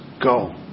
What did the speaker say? go